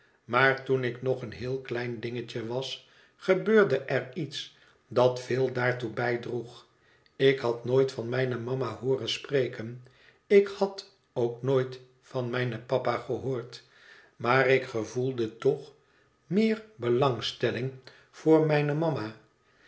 maar toen ik nog een heel klein dingetje was gebeurde er iets dat veel daartoe bijdroeg ik had nooit van mijne mama hooren spreken ik had ook nooit van mijn papa gehoord maar ik gevoelde toch meer belangstelling voor mijne mama